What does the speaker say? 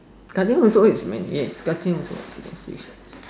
Guardian also is Guardian also expensive